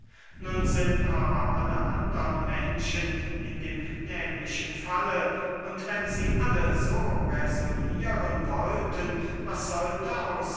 nun sind aber alle andre menschen in dem nehmlichen falle und wenn sie alle so räsonnieren wollten was sollte